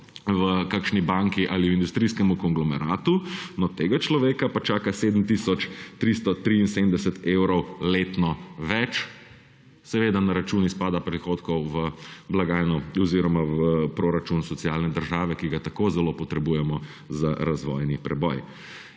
v kakšni banki ali v industrijskem konglomeratu, no, tega človeka pa čaka 7 tisoč 373 evrov letno več, seveda na račun izpada prihodkov v blagajno oziroma v proračun socialne države, ki ga tako zelo potrebujemo za razvojni preboj.